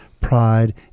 pride